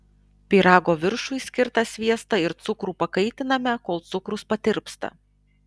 pyrago viršui skirtą sviestą ir cukrų pakaitiname kol cukrus patirpsta